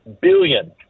billion